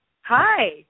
Hi